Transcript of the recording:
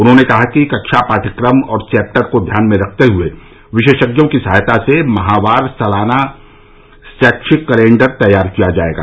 उन्होंने कहा कि कक्षा पाठ्यक्रम और चैप्टर को ध्यान में रखते हुए विशेषज्ञों की सहायता से माहवार सालाना शैक्षिक कैलेंडर तैयार किया जाएगा